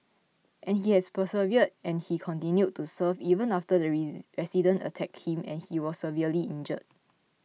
and he has persevered and he continued to serve even after the resident attacked him and he was severely injured